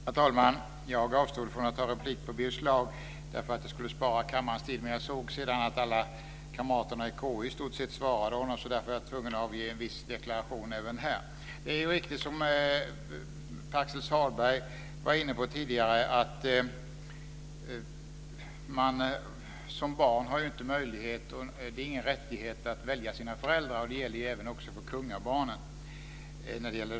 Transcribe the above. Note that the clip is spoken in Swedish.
Herr talman! Jag avstod från att begära replik på Birger Schlaug därför att jag ville spara kammarens tid, men när jag såg att i stort sett alla kamrater i KU svarade honom ville jag avge en deklaration. Det är riktigt som Pär Axel Sahlberg var inne på tidigare, att ett barn inte har någon möjlighet och rättighet att välja sina föräldrar, och det gäller även för kungabarnen.